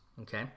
Okay